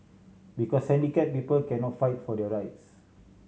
because handicap people cannot fight for their rights